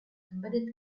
embedded